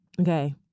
Okay